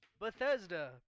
Bethesda